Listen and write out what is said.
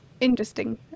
interesting